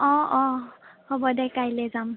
অ অ হ'ব দে কাইলৈ যাম